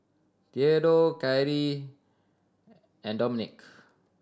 Theadore Khari and Dominik